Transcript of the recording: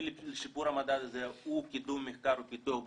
לשיפור המדד הזה זה קידום מחקר ופיתוח בנושא.